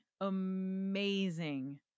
amazing